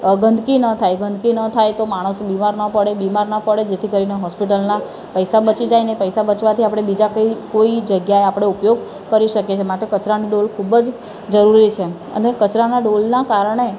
ગંદકી ના થાય ગંદકી ના થાય તો માણસ બીમાર ન પડે બીમાર ન પડે જેથી કરીને હૉસ્પિટલના પૈસા બચી જાય અને પૈસા બચવાથી આપણે બીજા કંઇ કોઈ જગ્યાએ આપણે ઉપયોગ કરી શકીએ છીએ માટે કચરાની ડોલ ખૂબ જ જરૂરી છે અને કચરાના ડોલનાં કારણે